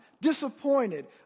disappointed